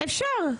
כן.